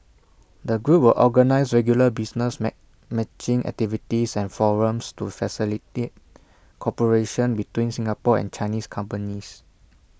the group will organise regular business matching activities and forums to facilitate cooperation between Singapore and Chinese companies